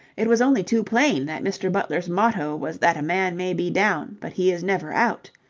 it was only too plain that mr. butler's motto was that a man may be down, but he is never out.